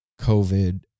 COVID